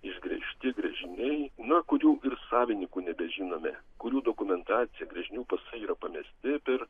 išgręžti gręžiniai na kurių ir savinykų nebežinome kurių dokumentacija gręžinių pasai yra pamesti per